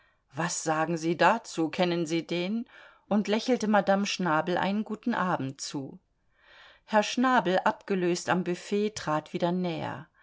was sagen sie dazu kennen sie den und lächelte madame schnabel ein guten abend zu herr schnabel abgelöst am büfett trat wieder näher